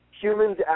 humans